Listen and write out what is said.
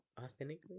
authentically